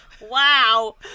Wow